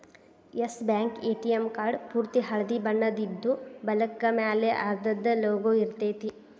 S bank ATM card ಪೂರ್ತಿ ಹಳ್ದಿ ಬಣ್ಣದಿದ್ದು, ಬಲಕ್ಕ ಮ್ಯಾಲೆ ಅದರ್ದ್ ಲೊಗೊ ಇರ್ತೆತಿ